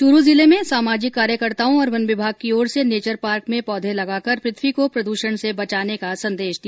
चूरू जिले में सामाजिक कार्यकर्ताओं और वन विभाग की ओर से नेचर पार्क में पौधे लगाकर पृथ्वी को प्रदूषण से बचाने का संदेश दिया